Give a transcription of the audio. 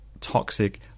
toxic